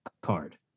card